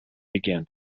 began